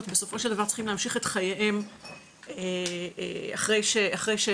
בסופו של דבר צריכים להמשיך את חייהם אחרי שאירע